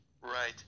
Right